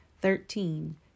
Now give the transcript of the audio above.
Thirteen